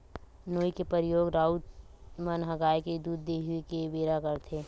नोई के परियोग राउत मन ह गाय के दूद दूहें के बेरा करथे